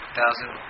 thousand